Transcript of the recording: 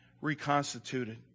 reconstituted